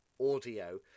audio